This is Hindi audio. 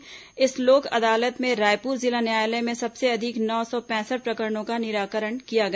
इस लोक अदालत में रायपुर जिला न्यायालय में सबसे अधिक नौ सौ पैंसठ प्रकरणों का निराकरण किया गया